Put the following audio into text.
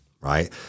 Right